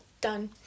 done